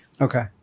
Okay